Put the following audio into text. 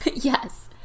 yes